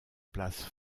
place